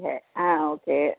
எ ஆ ஓகே